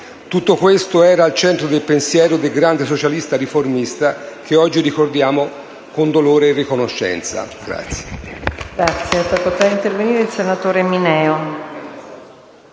Tutto questo era al centro del pensiero del grande socialista riformista che oggi ricordiamo con dolore e riconoscenza.